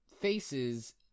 faces